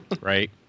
Right